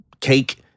cake